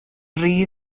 rhy